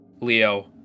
Leo